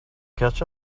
catch